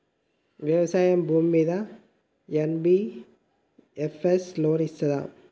వ్యవసాయం భూమ్మీద NBFS loan ఇస్తదా?